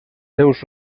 seus